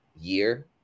year